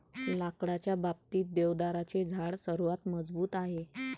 लाकडाच्या बाबतीत, देवदाराचे झाड सर्वात मजबूत आहे